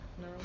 no